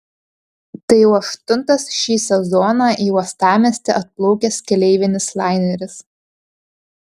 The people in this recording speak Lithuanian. tai jau aštuntas šį sezoną į uostamiestį atplaukęs keleivinis laineris